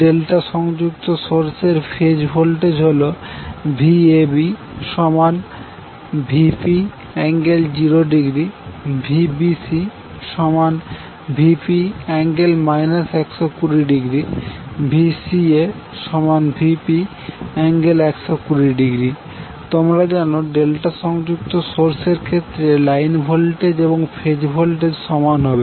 delta সংযুক্ত source এর phase voltage হল VabVp∠0° VbcVp∠ 120° VcaVp∠120° তোমরা জানো ডেল্টা সংযুক্ত সোর্স এর ক্ষেত্রে লাইন ভোল্টেজ এবং ফেজ ভোল্টেজ সমান হবে